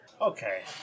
Okay